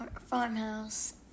Farmhouse